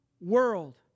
world